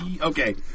Okay